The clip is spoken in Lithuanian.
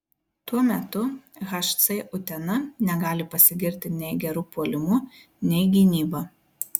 tuo metu hc utena negali pasigirti nei geru puolimu nei gynyba